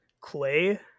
Clay